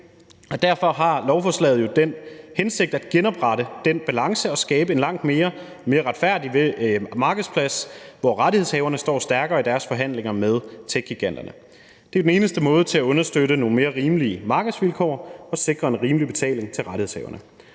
Derfor har lovforslaget jo den hensigt at genoprette den balance og skabe en langt mere retfærdig markedsplads, hvor rettighedshaverne står stærkere i deres forhandlinger med techgiganterne. Det er den eneste måde til at understøtte nogle mere rimelige markedsvilkår og sikre en rimelig betaling til rettighedshaverne.